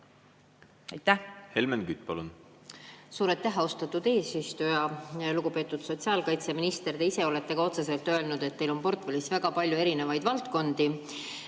palun! Helmen Kütt, palun! Suur aitäh, austatud eesistuja! Lugupeetud sotsiaalkaitseminister! Te ise olete ka otseselt öelnud, et teil on portfellis väga palju erinevaid valdkondi.